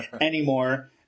anymore